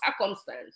circumstance